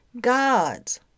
gods